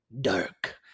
dark